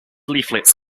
leaflets